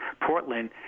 Portland